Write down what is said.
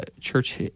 church